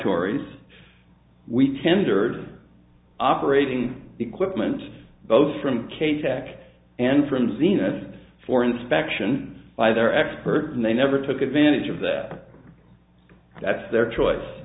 tori's we tendered operating equipment both from k tech and from zenith for inspection by their experts and they never took advantage of that that's their choice